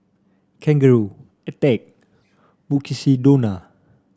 Kangaroo Attack Mukshidonna